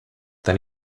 then